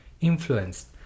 influenced